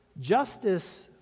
Justice